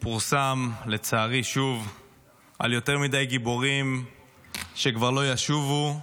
פורסם לצערי שוב על יותר מדי גיבורים שכבר לא ישובו,